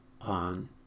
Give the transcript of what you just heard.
on